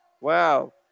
Wow